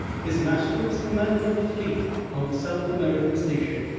his master was commander of the fleet on the south american station,